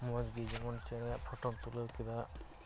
ᱢᱚᱡᱽᱜᱮ ᱡᱮᱢᱚᱱ ᱪᱮᱬᱮᱭᱟᱜ ᱯᱷᱚᱴᱚᱢ ᱛᱩᱞᱟᱹᱣ ᱠᱮᱫᱟ